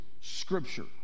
Scripture